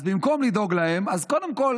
במקום לדאוג להם, קודם כול